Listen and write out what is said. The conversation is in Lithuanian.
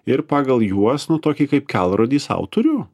ir pagal juos nu tokį kaip kelrodį sau turiu